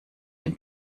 dem